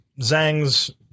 Zhang's